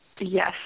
Yes